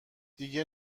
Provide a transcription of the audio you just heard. دیگه